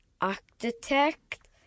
architect